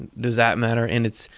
does that matter in its.